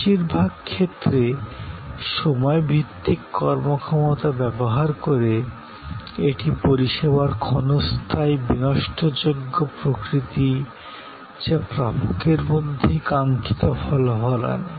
বেশিরভাগ ক্ষেত্রে সময় ভিত্তিক কর্মক্ষমতা ব্যবহার করে এটি পরিষেবার ক্ষণস্থায়ী বিনষ্টযোগ্য প্রকৃতি যা প্রাপকের মধ্যেই কাঙ্ক্ষিত ফলাফল আনে